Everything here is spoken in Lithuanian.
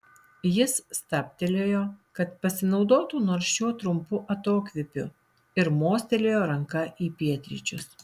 jis stabtelėjo kad pasinaudotų nors šiuo trumpu atokvėpiu ir mostelėjo ranka į pietryčius